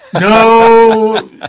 No